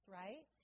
right